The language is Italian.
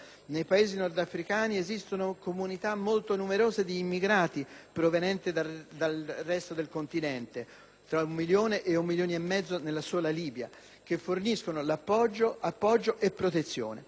nei Paesi nordafricani esistono comunità molto numerose di immigrati provenienti dal resto del continente (tra un milione e un milione e mezzo nella sola Libia) che forniscono appoggio e protezione.